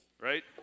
right